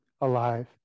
alive